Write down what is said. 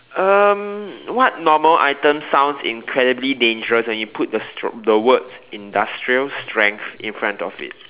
um what normal item sounds incredibly dangerous when you put the str~ the words industrial strength in front of it